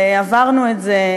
עברנו את זה,